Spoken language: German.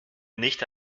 nichte